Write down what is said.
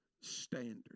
standard